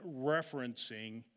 referencing